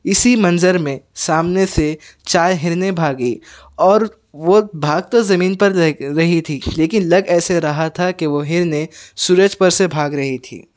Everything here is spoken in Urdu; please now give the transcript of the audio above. اِسی منظر میں سامنے سے چار ہرنیں بھاگی اور وہ بھاگ تو زمین پر رہے رہی تھی لیکن لگ ایسے رہا تھا کہ وہ ہرنیں سورج پر سے بھاگ رہی تھی